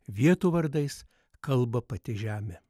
vietų vardais kalba pati žemė